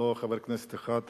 לוועדת הפנים והגנת הסביבה